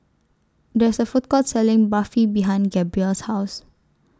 There IS A Food Court Selling Barfi behind Gabrielle's House